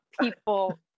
people